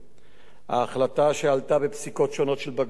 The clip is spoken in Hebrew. ההחלטה, שעלתה בפסיקות שונות של בג"ץ,